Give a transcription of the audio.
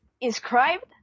inscribed